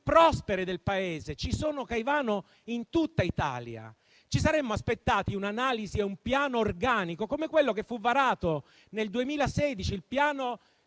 prospere del Paese? Ci sono Caivano in tutta Italia. Ci saremmo aspettati un'analisi e un piano organico, come quello che fu varato nel 2016, il piano